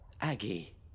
Aggie